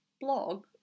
blog